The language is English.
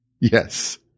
Yes